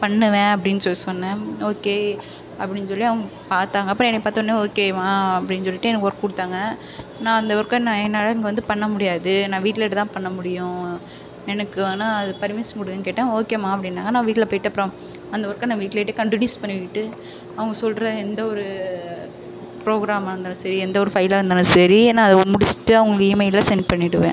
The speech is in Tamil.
பண்ணுவேன் அப்படின்னு சொல்லி சொன்னேன் ஓகே அப்படின்னு சொல்லி அவங்க பார்த்தாங்க அப்புறம் என்னை பார்த்தவொன்ன ஓகேம்மா அப்படின்னு சொல்லிட்டு எனக்கு ஒர்க் கொடுத்தாங்க நான் அந்த ஒர்க்கை நான் என்னால் இங்கே வந்து பண்ண முடியாது நான் வீட்லயேட்டு தான் பண்ண முடியும் எனக்கு ஆனால் அதுக்கு பர்மிஷன் கொடுங்கன்னு கேட்டேன் ஓகேம்மா அப்படின்னாங்க நான் வீட்டில் போய்ட்டு அப்புறம் அந்த ஒர்க்கை நான் வீட்லயேட்டே கன்டினியூஸ் பண்ணிக்கிட்டு அவங்க சொல்கிற எந்த ஒரு ப்ரோக்ராமாக இருந்தாலும் சரி எந்த ஒரு ஃபைலாக இருந்தாலும் சரி நான் அதை ஒ முடிச்சிட்டு அவங்களுக்கு ஈமெயிலில் சென்ட் பண்ணிடுவேன்